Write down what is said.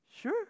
sure